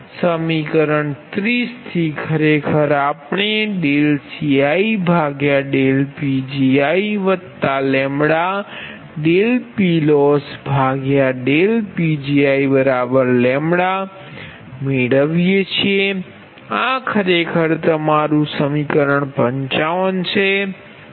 સમીકરણ 30 થી ખરેખર આપણે CiPgiλPLossPgiλ મેળવીએ છીએ આ ખરેખર તમારું સમીકરણ 55 છે